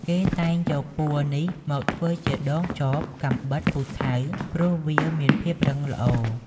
គេតែងយកពួរនេះមកធ្វើដងចប កាំបិត ពូថៅ... ព្រោះវាមានភាពរឹងល្អ។